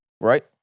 Right